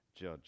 judge